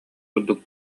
курдук